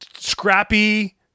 scrappy